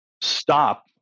stop